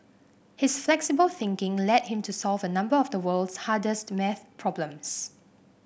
his flexible thinking led him to solve a number of the world's hardest maths problems